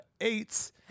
eight